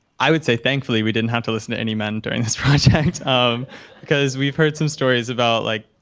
i would say, thankfully, we didn't have to listen to any men during this project. um because we've heard some stories about like,